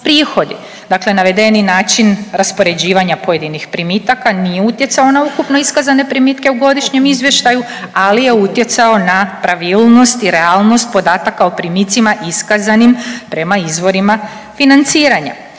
dakle navedeni način raspoređivanja pojedinih primitaka nije utjecao na ukupno iskazane primitke u godišnjem izvještaju, ali je utjecao na pravilnost i realnost podataka o primicima iskazanim prema izvorima financiranja.